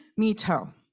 Mito